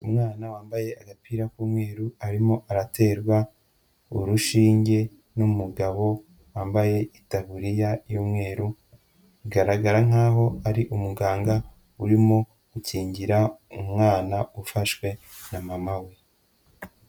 Umwana wambaye agapira k'umweru, arimo araterwa urushinge n'umugabo wambaye itaburiya y'umweru, bigaragara nkaho ari umuganga urimo gukingira umwana ufashwe na mama we.